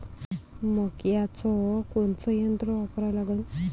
मक्याचं कोनचं यंत्र वापरा लागन?